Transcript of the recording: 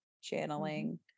channeling